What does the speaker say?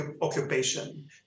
occupation